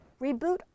Reboot